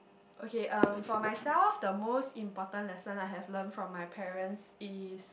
okay uh for myself the most important lesson I have learnt from my parents is